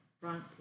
front